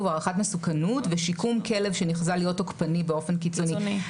"הערכת מסוכנות ושיקום כלב שנחזה להיות תוקפני באופן קיצוני".